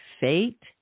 fate